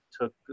took